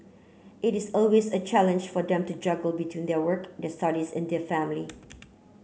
it is always a challenge for them to juggle between their work the studies and the family